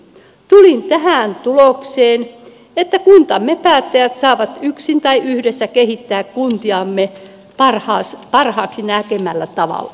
tulin tähän tulokseen että kuntamme päättäjät saavat yksin tai yhdessä kehittää kuntiamme parhaaksi näkemällään tavalla